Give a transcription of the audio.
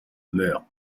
meure